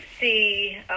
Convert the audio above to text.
see